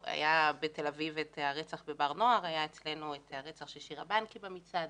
אביב היה את הרצח בברנוער ואצלנו היה הרצח של שירה בנקי במצעד,